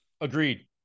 Agreed